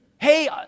Hey